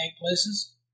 places